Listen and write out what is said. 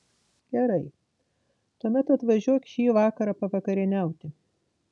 gerai tuomet atvažiuok šį vakarą pavakarieniauti